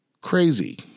Crazy